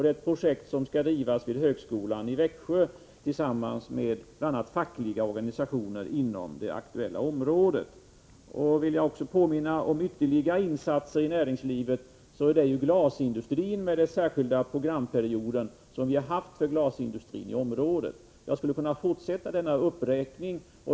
Detta projekt skall drivas vid högskolan i Växjö, tillsammans med bl.a. fackliga organisationer inom det aktuella området. Om jag skall påminna om ytterligare insatser för näringslivet, så kan jag nämna de särskilda programperioder som vi har haft för glasindustrin i detta område. Jag skulle kunna fortsätta denna uppräkning.